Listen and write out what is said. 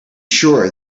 sure